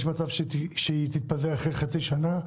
יש מצב שהיא תתפזר אחרי חצי שנה,